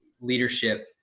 leadership